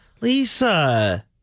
Lisa